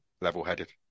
level-headed